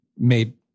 made